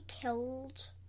killed